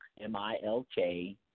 M-I-L-K